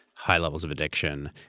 high levels of addiction,